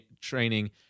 training